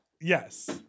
Yes